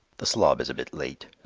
the slob is a bit late.